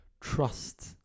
Trust